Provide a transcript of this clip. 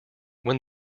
when